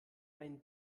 ein